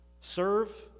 serve